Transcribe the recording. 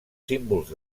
símbols